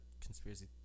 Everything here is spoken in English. conspiracy